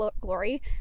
glory